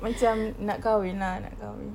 macam nak kahwin lah nak kahwin